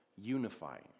unifying